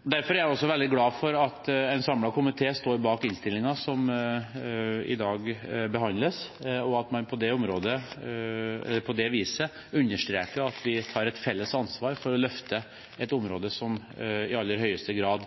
Derfor er jeg også veldig glad for at en samlet komité står bak innstillingen som i dag behandles, og at man på det viset understreker at vi har et felles ansvar for å løfte et område som i aller høyeste grad